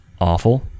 awful